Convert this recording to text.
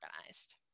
organized